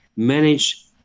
Manage